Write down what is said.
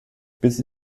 bis